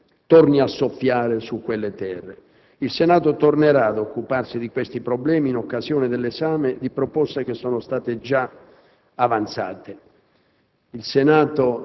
torni a soffiare su quelle terre. Il Senato tornerà ad occuparsi di questi problemi in occasione dell'esame di proposte che sono state già avanzate.